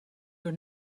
your